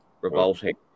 revolting